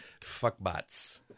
Fuckbots